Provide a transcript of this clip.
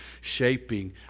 shaping